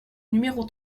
numéro